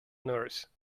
nurse